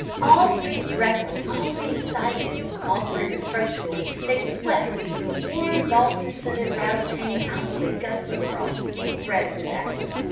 all three breathless, all three excited, all three reproachful they swept into the warm, balsam-scented rattle-pane house with a gust of frost, a threat of disaster.